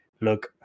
look